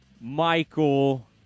Michael